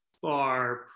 far